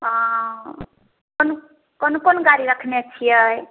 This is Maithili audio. कोन कोन कोन गाड़ी रखने छियै